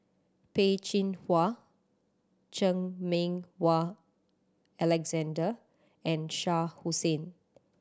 Peh Chin Hua Chan Meng Wah Alexander and Shah Hussain